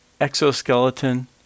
exoskeleton